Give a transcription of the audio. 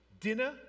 Dinner